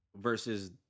Versus